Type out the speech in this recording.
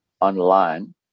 online